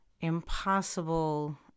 impossible